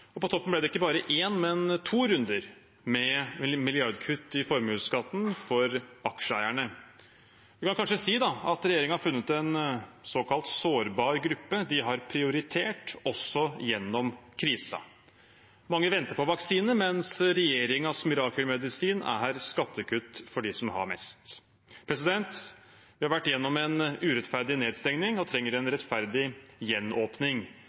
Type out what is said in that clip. og på toppen ble det ikke bare én, men to runder med milliardkutt i formuesskatten for aksjeeierne. Vi kan kanskje si at regjeringen har funnet en såkalt sårbar gruppe de har prioritert også gjennom krisen. Mange venter på vaksine, mens regjeringens mirakelmedisin er skattekutt for dem som har mest. Vi har vært gjennom en urettferdig nedstengning og trenger en rettferdig gjenåpning.